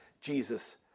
Jesus